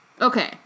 Okay